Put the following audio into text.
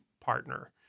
partner